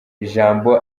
jambo